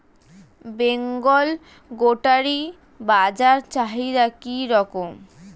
বেঙ্গল গোটারি বাজার চাহিদা কি রকম?